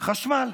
חשמל.